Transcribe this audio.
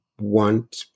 want